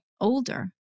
older